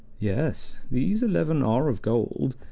yes, these eleven are of gold.